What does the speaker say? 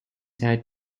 had